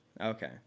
Okay